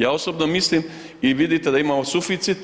Ja osobno mislim i vidite da imamo suficit,